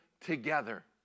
together